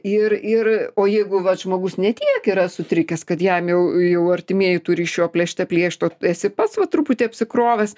ir ir o jeigu vat žmogus ne tiek yra sutrikęs kad jam jau jau artimieji turi iš jo plėšte plėšt o esi pats truputį apsikrovęs